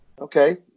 Okay